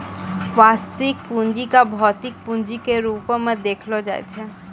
वास्तविक पूंजी क भौतिक पूंजी के रूपो म देखलो जाय छै